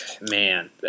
man